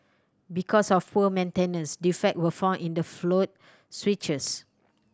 because of poor maintenance defect were found in the float switches